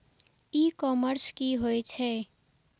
ई commerce की होए छै?